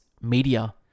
media